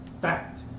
fact